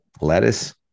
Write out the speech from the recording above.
lettuce